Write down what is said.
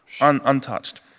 untouched